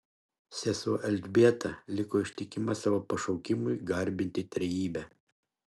sesuo elzbieta liko ištikima savo pašaukimui garbinti trejybę